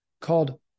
called